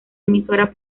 emisora